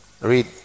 read